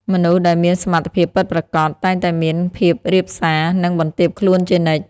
មនុស្សដែលមានសមត្ថភាពពិតប្រាកដ តែងតែមានភាពរាបសារ និងបន្ទាបខ្លួនជានិច្ច។